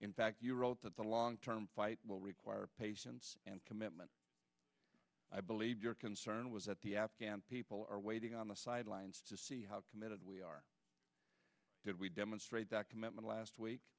in fact you wrote that the long term fight will require patience and commitment i believe your concern was that the afghan people are waiting on the sidelines to see how committed we are did we demonstrate that commitment last week